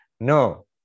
No